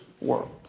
world